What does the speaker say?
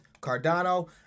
Cardano